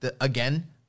again